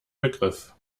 begriff